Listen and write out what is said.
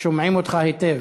שומעים אותך היטב.